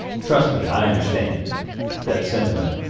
trust me, i understand that sentiment.